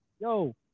Yo